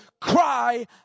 cry